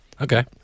Okay